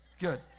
Good